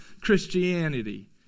Christianity